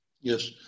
Yes